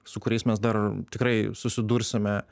su kuriais mes dar tikrai susidursime